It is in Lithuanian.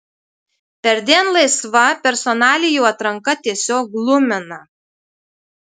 perdėm laisva personalijų atranka tiesiog glumina